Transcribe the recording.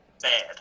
bad